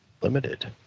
Limited